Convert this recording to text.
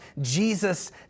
Jesus